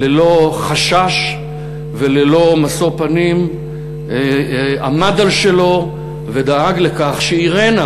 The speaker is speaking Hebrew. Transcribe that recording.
ללא חשש וללא משוא פנים עמד על שלו ודאג לכך שאירנה,